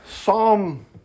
Psalm